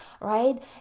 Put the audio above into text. right